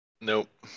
Nope